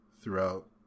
throughout